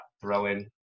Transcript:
throw-in